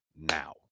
now